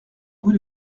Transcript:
bout